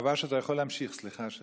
הרב אשר, אתה יכול להמשיך, סליחה.